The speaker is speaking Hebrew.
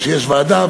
כשיש ועדה,